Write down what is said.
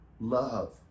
love